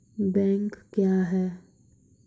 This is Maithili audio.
बैंक क्या हैं?